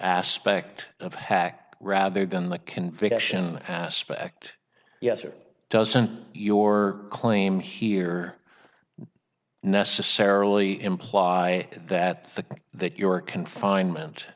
aspect of hack rather than the confession aspect yes it does and your claim here necessarily imply that that your confinement